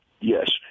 Yes